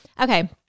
Okay